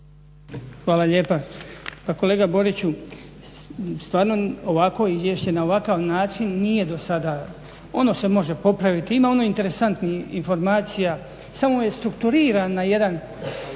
Hvala lijepa. Pa kolega Boriću stvarno ovakvo izvješće na ovakav način nije dosada, ono se može popraviti, ima ono interesantnih informacija samo je strukturiran na jedan